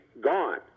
gone